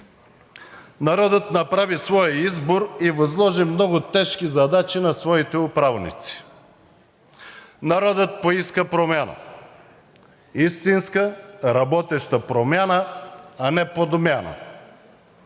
Народът направи своя избор и възложи много тежки задачи на своите управници, народът поиска промяна – истинска, работеща промяна, а не подмяна.